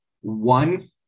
one